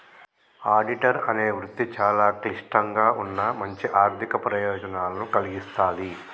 auditor అనే వృత్తి చాలా క్లిష్టంగా ఉన్నా మంచి ఆర్ధిక ప్రయోజనాలను కల్గిస్తాది